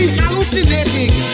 hallucinating